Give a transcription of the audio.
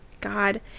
God